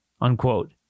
Unquote